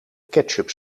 ketchup